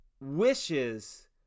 wishes